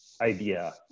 idea